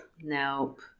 Nope